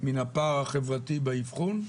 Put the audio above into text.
מן הפער החברתי באבחון,